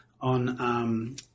on